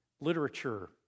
literature